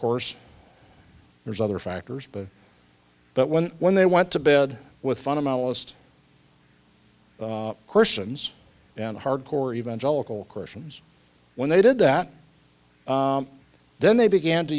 course there's other factors but but when when they went to bed with fundamentalist christians and hard core evangelical christians when they did that then they began to